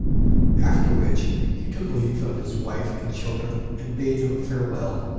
after which he took leave of his wife and children, and bade them farewell.